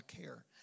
care